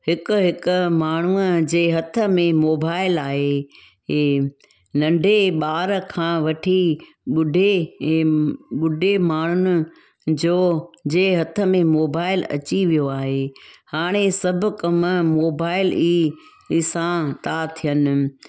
हिक हिक माण्हूअ जे हथ में मोबाइल आहे ए नंढे ॿार खां वठी ॿुढे ए ॿुढे माण्हुनि जो जे हथ में मोबाइल अची वियो आहे हाणे सभु कम मोबाइल ई ई सां था थियनि